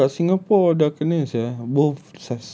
tak lah kalau kat singapore dah kena sia both